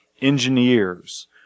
engineers